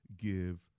give